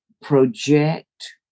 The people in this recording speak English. project